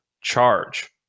charge